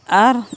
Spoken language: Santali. ᱟᱨ